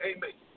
Amen